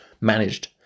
managed